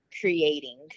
creating